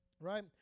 right